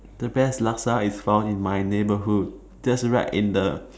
the best laksa is found in my neighborhood just right in the